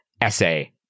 essay